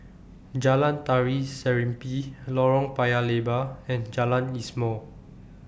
Jalan Tari Serimpi Lorong Paya Lebar and Jalan Ismail